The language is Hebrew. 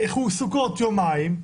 סוכות יומיים,